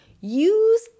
use